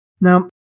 Now